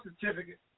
certificate